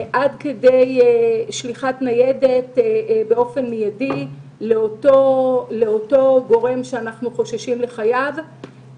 עד כדי שליחת ניידת באופן מידי לאותו גורם שאנחנו חוששים לחייו.